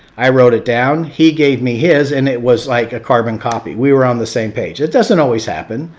i wrote it down. he gave me his, and it was like a carbon copy. we were on the same page. it doesn't always happen.